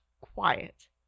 quiet